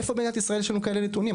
איפה במדינת ישראל יש לנו כאלה נתונים?